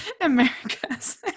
America's